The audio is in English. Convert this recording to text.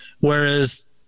whereas